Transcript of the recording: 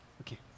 Okay